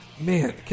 Man